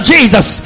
Jesus